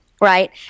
right